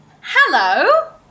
hello